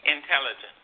Intelligence